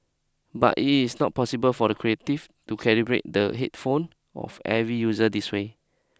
but it is not possible for Creative to calibrate the headphone of every user this way